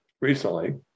recently